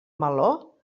meló